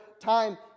time